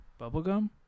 Bubblegum